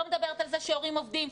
לא מדברת על זה שהורים עובדים.